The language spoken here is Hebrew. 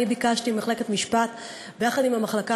אני ביקשתי ממחלקת משפט ביחד עם המחלקה